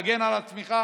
להגן על עצמך,